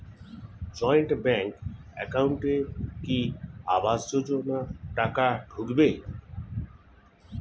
Joint bank একাউন্টে কি আবাস যোজনা টাকা ঢুকবে?